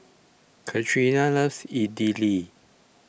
Katrina loves Idili